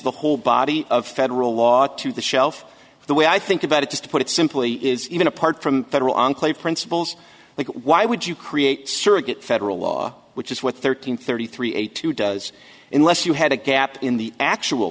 the whole body of federal law to the shelf the way i think about it just to put it simply is even apart from federal enclave principles but why would you create surrogate federal law which is what thirteen thirty three eighty two does in less you had a gap in the actual